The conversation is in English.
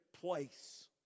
place